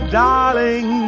darling